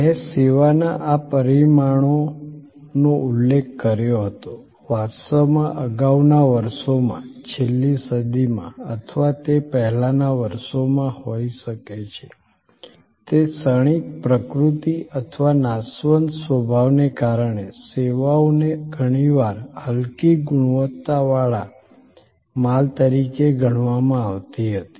મેં સેવાના આ પરિમાણોનો ઉલ્લેખ કર્યો હતો વાસ્તવમાં અગાઉના વર્ષોમાં છેલ્લી સદીમાં અથવા તે પહેલાંના વર્ષોમાં હોઈ શકે છે તે ક્ષણિક પ્રકૃતિ અથવા નાશવંત સ્વભાવને કારણે સેવાઓને ઘણીવાર હલકી ગુણવત્તાવાળા માલ તરીકે ગણવામાં આવતી હતી